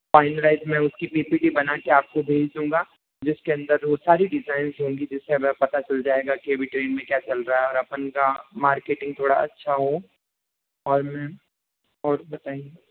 finalise में उसकी P P T बनाके आपको भेज दूंगा जिसके अंदर वो सारी डिज़ाइनस होगी जिससे हमें पता चल जाएगा की अभी ट्रेंड में क्या चल रहा और अपन का मार्केटिंग थोड़ा अच्छा हो और मैम और बताइए